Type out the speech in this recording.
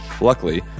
Luckily